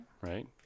Right